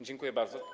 Dziękuję bardzo.